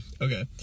Okay